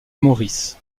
morris